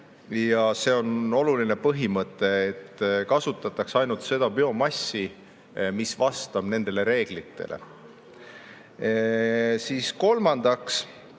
See on oluline põhimõte, et kasutataks ainult seda biomassi, mis vastab nendele reeglitele. Kolmandaks